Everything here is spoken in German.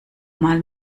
mal